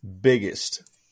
biggest